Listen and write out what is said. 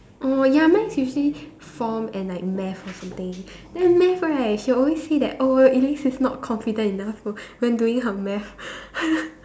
oh ya mine is usually form and like math or something then math right she will always that oh Alice is not confident enough w~ when doing her math